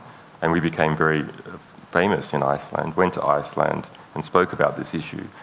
and we became very famous in iceland, went to iceland and spoke about this issue.